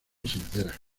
sincera